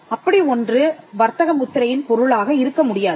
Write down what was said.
அப்படி ஒன்று வர்த்தக முத்திரையின் பொருளாக இருக்க முடியாது